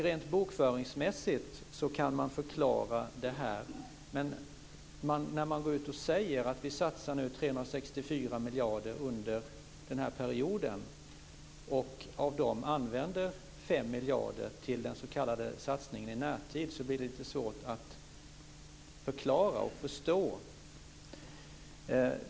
Rent bokföringsmässigt kan man förklara det här, men när man går ut och säger att vi satsar 364 miljarder och av dem använder 5 miljarder till den s.k. satsningen i närtid blir det lite svårt att förklara och förstå.